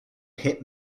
hit